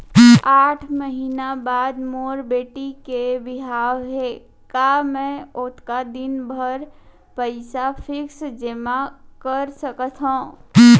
आठ महीना बाद मोर बेटी के बिहाव हे का मैं ओतका दिन भर पइसा फिक्स जेमा कर सकथव?